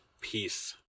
Peace